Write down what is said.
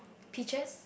peaches